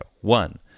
One